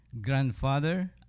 grandfather